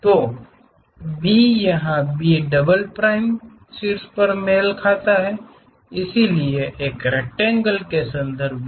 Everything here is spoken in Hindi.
तो B यहां B डबल प्राइम शीर्ष पर मेल खाता हैं इसलिए एक रेकटेंगेल के संबंध में